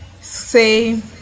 say